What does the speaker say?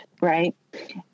right